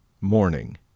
morning